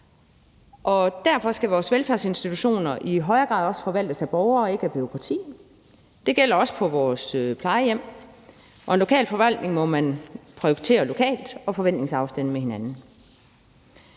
Derfor skal vores velfærdsinstitutioner i højere grad også forvaltes af borgere og ikke af bureaukrati. Det gælder også på vores plejehjem. Og i en lokal forvaltning må man prioritere lokalt og forventningsafstemme med hinanden.